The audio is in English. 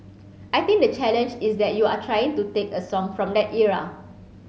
I think the challenge is that you are trying to take a song from that era